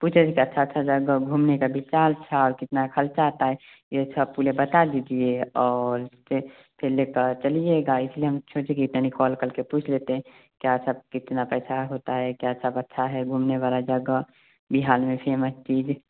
पूछे जो कि अच्छा अच्छा जगह घूमने का विचार था कितना ख़र्च आता है यह सब पूरा बता दीजिए और फे फिर ले कर चलिएगा इसलिए हम सोचे कि तनिक कॉल करके पूछ लेते हैं क्या सब कितने पैसे होते हैं क्या सब अच्छा है घूमने वाली जगह बिहार में भी हमें तीली